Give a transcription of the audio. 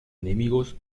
enemigos